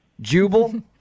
Jubal